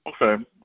Okay